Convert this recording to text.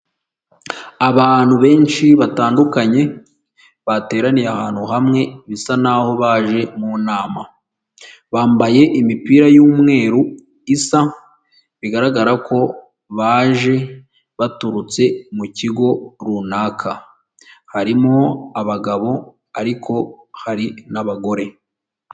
Abantu benshi batandukanye bateraniye ahantu hamwe bisa naho baje mu nama, bambaye imipira y'umweru isa bigaragara ko baje baturutse mu kigo runaka, harimo abagabo ariko hari n'abagore.